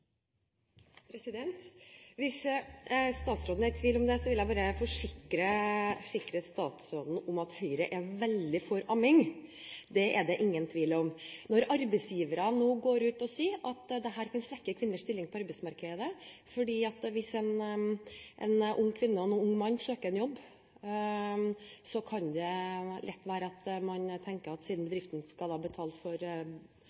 Hvis statsråden er i tvil om det, vil jeg forsikre statsråden om at Høyre er veldig for amming. Det er det ingen tvil om. Arbeidsgiverne går nå ut og sier at dette vil svekke kvinners stilling på arbeidsmarkedet. For hvis en ung kvinne og en ung mann søker en jobb, og bedriften skal betale for lønnet ammefri, vil man lett tenke at det vil være billigere for bedriften å ansette den unge mannen, fordi man vet at